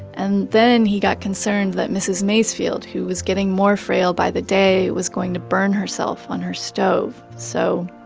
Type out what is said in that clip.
and then he got concerned that mrs. macefield, who was getting more frail by the day, was going to burn herself on her stove. so,